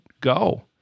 go